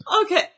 Okay